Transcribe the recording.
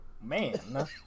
man